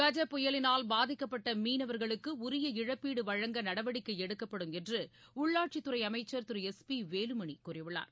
கஜ புயலினால் பாதிக்கப்பட்ட மீனவர்களுக்கு உரிய இழப்பீடு வழங்க நடவடிக்கை எடுக்கப்படும் என்று உள்ளாட்சித்துறை அமைச்சர் திரு எஸ் பி வேலுமணி கூறியுள்ளார்